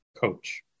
coach